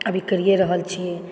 अभी करिये रहल छी